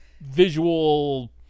visual